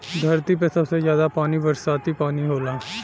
धरती पे सबसे जादा पानी बरसाती पानी होला